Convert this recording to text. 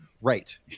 Right